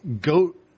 goat